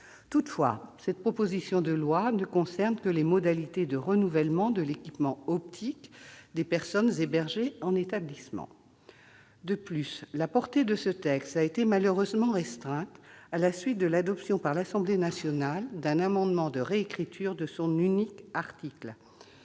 Toutefois, cette proposition de loi ne concerne que les modalités de renouvellement de l'équipement optique des personnes hébergées en établissement. De plus, la portée de ce texte a malheureusement été restreinte à la suite de l'adoption, par l'Assemblée nationale, d'un amendement de réécriture de son unique article.